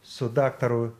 su daktaru